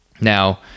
Now